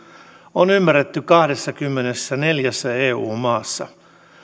on ymmärretty kahdessakymmenessäneljässä eu maassa